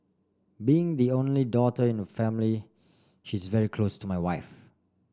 being the only daughter in the family she is very close to my wife